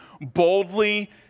boldly